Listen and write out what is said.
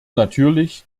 natürlich